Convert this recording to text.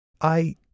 I-